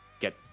Get